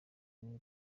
kunywa